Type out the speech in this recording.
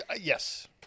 Yes